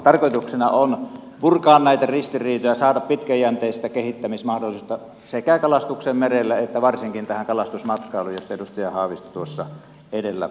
tarkoituksena on purkaa näitä ristiriitoja saada pitkäjänteistä kehittämismahdollisuutta sekä kalastukseen merelle että varsinkin tähän kalastusmatkailuun josta edustaja haavisto tuossa edellä puhui